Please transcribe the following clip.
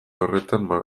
honetan